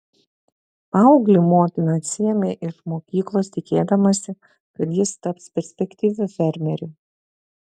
paauglį motina atsiėmė iš mokyklos tikėdamasi kad jis taps perspektyviu fermeriu